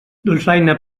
dolçaina